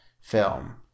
film